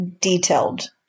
detailed